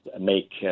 make